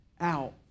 out